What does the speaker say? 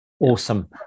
Awesome